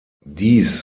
dies